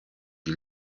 die